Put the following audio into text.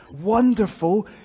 wonderful